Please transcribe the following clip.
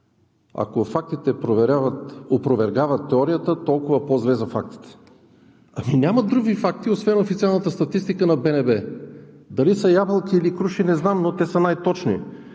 ако фактите опровергават теорията, толкова по-зле за фактите. Няма други факти освен официалната статистика на БНБ. Дали са ябълки, или круши – не знам, но те са най-точни,